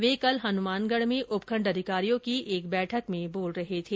वे कल हनुमानगढ में उपखण्ड अधिकारियों की एक बैठक में बोल रहे थे